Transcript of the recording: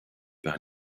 par